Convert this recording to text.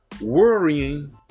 worrying